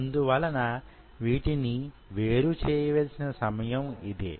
అందువలన వీటిని వేరు చేయవలసిన సమయం ఇదే